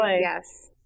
Yes